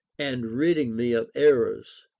and ridding me of errors.